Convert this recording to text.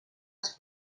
els